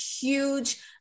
huge